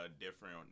different